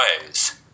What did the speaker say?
ways